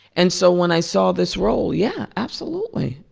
and so when i saw this role yeah, absolutely.